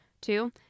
Two